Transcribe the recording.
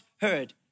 heard